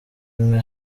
umwe